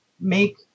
make